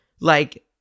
like-